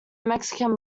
mexican